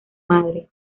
madre